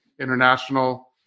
International